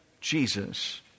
Jesus